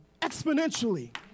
exponentially